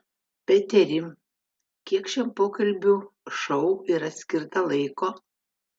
peteri kiek šiam pokalbių šou yra skirta laiko